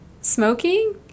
smoking